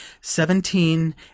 seventeen